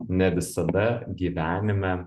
ne visada gyvenime